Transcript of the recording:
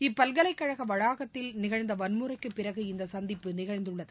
இப்பல்கலைக்கழகவளாகத்தில் நிகழ்ந்தவன்முறைக்குப் பிறகு இந்தசந்திப்பு நிகழ்ந்துள்ளது